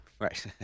Right